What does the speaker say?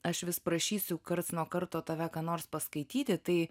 aš vis prašysiu karts nuo karto tave ką nors paskaityti tai